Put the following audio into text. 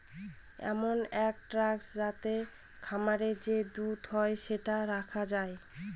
এমন এক ট্যাঙ্ক যাতে খামারে যে দুধ হয় সেটা রাখা যায়